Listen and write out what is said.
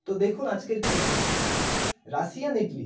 তো দেখুন আজকের কী রাশিয়ান ইডলি